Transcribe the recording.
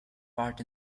part